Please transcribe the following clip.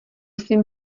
svým